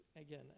again